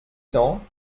cents